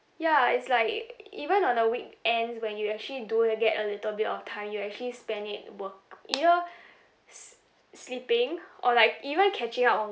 ya it's like even on the weekends when you actually do get a little bit of time you actually spend it wo~ you're s~ sleeping or like even catching up on